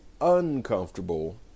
uncomfortable